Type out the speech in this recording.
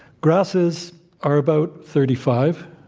grasses are about thirty five,